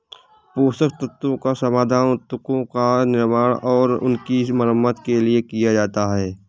पोषक तत्वों का समाधान उत्तकों का निर्माण और उनकी मरम्मत के लिए किया जाता है